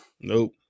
Nope